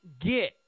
get